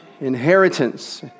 inheritance